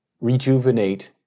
rejuvenate